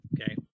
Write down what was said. Okay